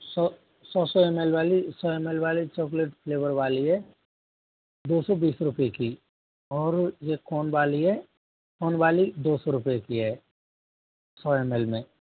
सौ सौ सौ एम एल वाली सौ एम एल वाली चॉकलेट फ्लेवर वाली है दो सौ बीस रुपये की और यह कोन वाली है कोन वाली दो सौ रुपये की है सौ एम एल में